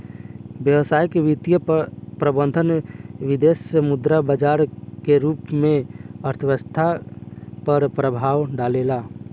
व्यावसायिक वित्तीय प्रबंधन विदेसी मुद्रा बाजार के रूप में अर्थव्यस्था पर प्रभाव डालेला